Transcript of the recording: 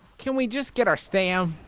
can we just get our stam?